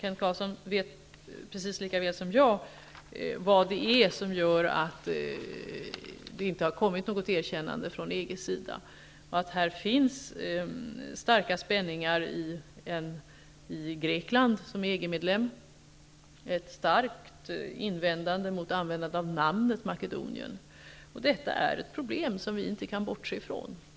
Kent Carlsson vet lika väl som jag varför det inte har kommit något erkännande från EG:s sida. Det finns starka spänningar i Grekland, som är EG medlem. Man har starka invändningar mot användandet av namnet Makedonien. Detta är ett problem som vi inte kan bortse från.